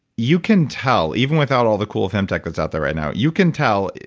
you can tell, even without all the cool femtech that's out there right now, you can tell,